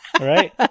Right